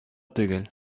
түгел